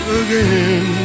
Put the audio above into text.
again